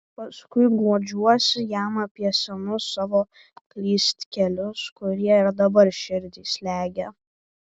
paskui guodžiuosi jam apie senus savo klystkelius kurie ir dabar širdį slegia